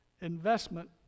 investment